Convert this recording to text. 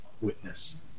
witness